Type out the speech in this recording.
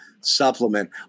supplement